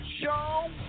Show